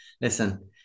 listen